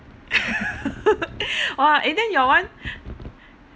!wah! eh then your [one]